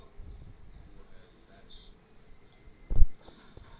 लकड़ी क उपयोग कागज बनावे मेंकुरसी मेज बनावे में करल जाला